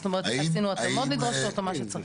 זאת אומרת עשינו התאמות נדרשות או מה שצריך.